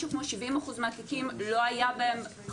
כמו שבעים אחוז מהתיקים לא היה חשוד,